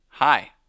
Hi